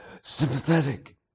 sympathetic